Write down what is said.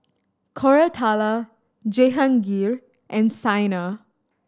Koratala Jehangirr and Saina